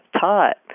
taught